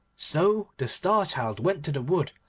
so the star-child went to the wood,